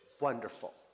wonderful